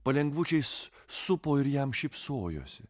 palengvučiais supo ir jam šypsojosi